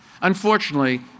Unfortunately